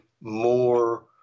more